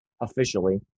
officially